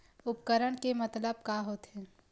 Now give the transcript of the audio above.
उपकरण के मतलब का होथे?